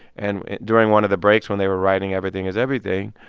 and during one of the breaks when they were writing everything is everything,